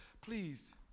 please